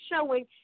showing